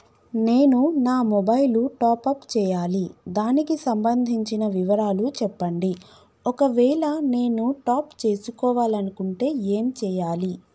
నేను నా mobile top up చేయాలి దానికి సంబంధించిన వివరాలు చెప్పండి ఒకవేళ నేను టాప్ చేసుకోవాలనుకుంటే ఏం చేయాలి?